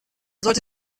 sollte